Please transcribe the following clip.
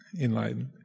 enlightened